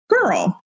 girl